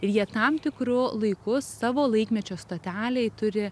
ir jie tam tikru laiku savo laikmečio stotelėj turi